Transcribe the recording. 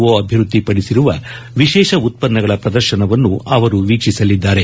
ಒ ಅಭಿವೃದ್ದಿಪಡಿಸಿರುವ ವಿಶೇಷ ಉತ್ತನ್ನಗಳ ಪ್ರದರ್ಶನವನ್ನು ವೀಕ್ಷಿಸಲಿದ್ದಾರೆ